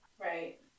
Right